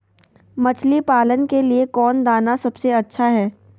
मछली पालन के लिए कौन दाना सबसे अच्छा है?